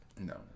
no